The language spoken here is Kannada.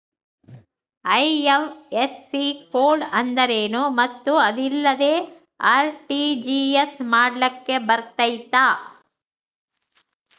ಐ.ಎಫ್.ಎಸ್.ಸಿ ಕೋಡ್ ಅಂದ್ರೇನು ಮತ್ತು ಅದಿಲ್ಲದೆ ಆರ್.ಟಿ.ಜಿ.ಎಸ್ ಮಾಡ್ಲಿಕ್ಕೆ ಬರ್ತೈತಾ?